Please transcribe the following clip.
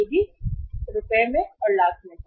यह भी रुपये लाख में था